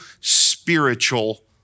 spiritual